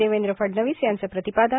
देवेंद्र फडणवीस यांच प्रतिपादन